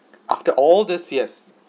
after all these years